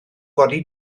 godi